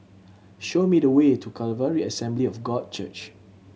show me the way to Calvary Assembly of God Church